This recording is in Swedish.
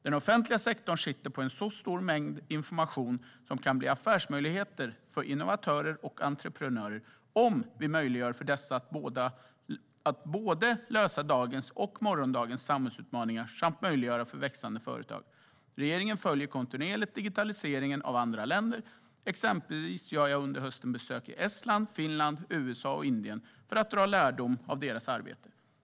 Den offentliga sektorn sitter på en stor mängd information som kan bli affärsmöjligheter för innovatörer och entreprenörer, om vi möjliggör för dessa att lösa både dagens och morgondagens samhällsutmaningar samt möjliggöra för växande företag. Regeringen följer kontinuerligt digitaliseringen av andra länder. Exempelvis gör jag under hösten besök i Estland, Finland, USA och Indien för att dra lärdom av deras arbete.